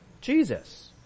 Jesus